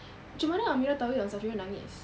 macam mana amira tahu yang safirah nangis